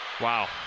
Wow